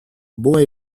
boy